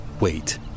Wait